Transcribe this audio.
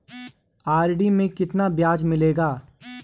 RD में कितना ब्याज मिलेगा?